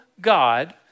God